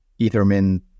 Ethermin